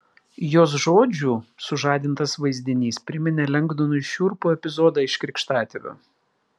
jos žodžių sužadintas vaizdinys priminė lengdonui šiurpų epizodą iš krikštatėvio